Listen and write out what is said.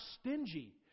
stingy